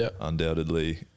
Undoubtedly